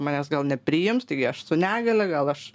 manęs gal nepriims taigi aš su negalia gal aš